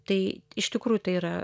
tai iš tikrųjų tai yra